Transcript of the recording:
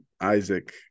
Isaac